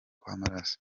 w’amaraso